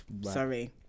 sorry